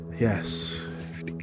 Yes